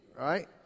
right